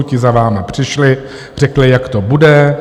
Ti za vámi přišli, řekli, jak to bude.